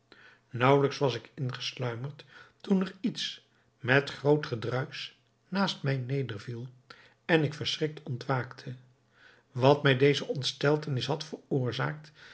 naauwelijks was ik ingesluimerd toen er iets met groot gedruisch naast mij nederviel en ik verschrikt ontwaakte wat mij deze ontsteltenis had veroorzaakt